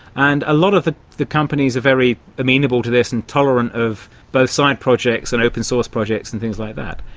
and a lot of the the companies are very amenable to this and tolerant of both side projects and open source projects and things like that.